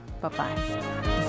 bye-bye